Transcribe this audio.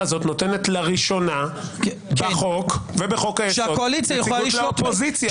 הזאת נותנת לראשונה בחוק ובחוק-היסוד נציגות לאופוזיציה.